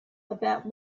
about